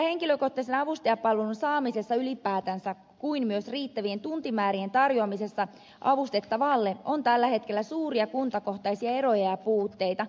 henkilökohtaisen avustajapalvelun saamisessa ylipäätänsä kuin myös riittävien tuntimäärien tarjoamisessa avustettavalle on tällä hetkellä suuria kuntakohtaisia eroja ja puutteita